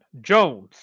Jones